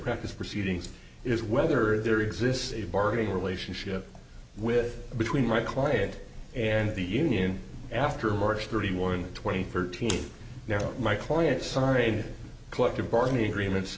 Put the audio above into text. practice proceedings is whether there exists a bargaining relationship with between my client and the union after march thirty one twenty thirteen now my clients some rain collective bargaining agreement